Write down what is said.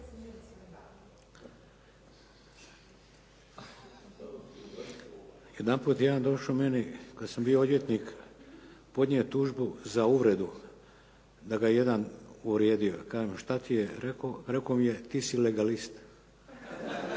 Jedanput je jedan došao meni kada sam bio odvjetnik podnijeti tužbu za uvredu da ga je jedan uvrijedio. Ja kažem a šta ti je rekao. Rekao mi je ti si legalist.